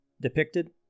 depicted